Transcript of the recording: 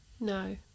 no